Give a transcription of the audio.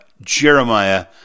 Jeremiah